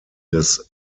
des